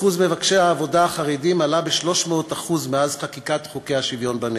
אחוז מבקשי העבודה החרדים עלה ב-300% מאז חקיקת חוקי השוויון בנטל,